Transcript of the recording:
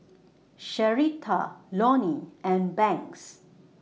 Sherita Lonny and Banks